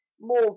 More